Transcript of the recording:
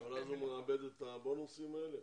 כלומר הוא מאבד את הבונוסים האלה?